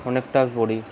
অনেকটা পড়ি